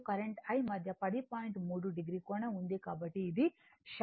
3 o కోణం ఉంది కాబట్టి ఇది శక్తి కారక కోణం